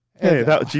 Hey